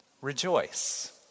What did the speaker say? rejoice